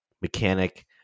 mechanic